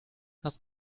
hast